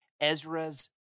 Ezra's